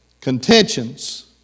Contentions